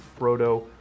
Frodo